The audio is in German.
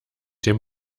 dem